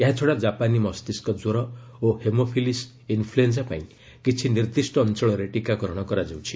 ଏହାଛଡ଼ା ଜାପାନୀ ମସ୍ତିଷ୍କ କ୍ୱର ଓ ହେମୋଫିଲସ୍ ଇନ୍ଫ୍ଲୁଏଞ୍ଜା ପାଇଁ କିଛି ନିର୍ଦ୍ଦିଷ୍ଟ ଅଞ୍ଚଳରେ ଟିକାକରଣ କରାଯାଉଛି